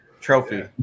trophy